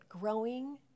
growing